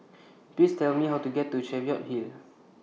Please Tell Me How to get to Cheviot Hill